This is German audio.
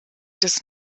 des